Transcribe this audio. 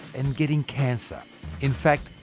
and getting cancer in fact,